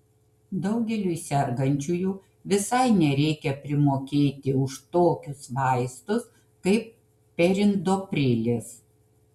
daugeliui sergančiųjų visai nereikia primokėti už tokius vaistus kaip perindoprilis